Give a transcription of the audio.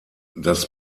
das